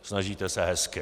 Snažíte se hezky.